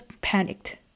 panicked